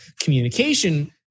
communication